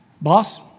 boss